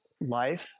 life